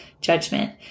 judgment